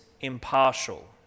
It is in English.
impartial